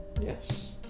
Yes